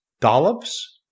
Dollops